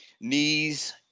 knees